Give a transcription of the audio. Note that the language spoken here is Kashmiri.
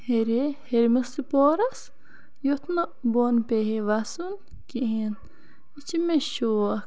ہیٚرے ہیٚرمہِ سی پوٚہرَس یُتھ نہٕ بۄن پیٚیہِ ہے وَسُن کِہیٖنۍ یہِ چھُ مےٚ شوق